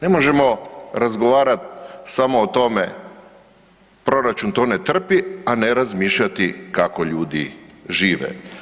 Ne možemo razgovarati samo o tome proračun to ne trpi, a ne razmišljati kako ljudi žive.